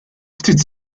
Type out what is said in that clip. ftit